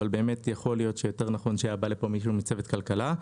אבל באמת יכול להיות שיותר נכון שהיה בא לפה מישהו מצוות כלכלה.